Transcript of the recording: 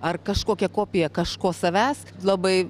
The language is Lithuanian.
ar kažkokia kopija kažko savęs labai